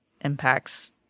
impacts